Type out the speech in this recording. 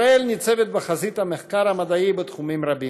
ישראל ניצבת בחזית המחקר המדעי בתחומים רבים.